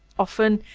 often,